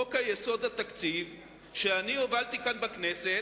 חוק-יסוד: תקציב המדינה, שאני הובלתי כאן בכנסת,